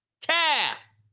calf